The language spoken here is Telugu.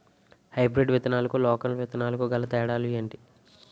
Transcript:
హైబ్రిడ్ విత్తనాలకు లోకల్ విత్తనాలకు గల తేడాలు ఏంటి?